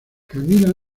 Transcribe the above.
camilla